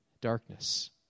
darkness